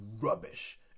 rubbish